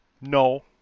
No